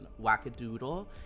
wackadoodle